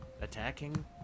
attacking